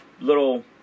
little